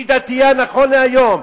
שהיא דתייה נכון להיום,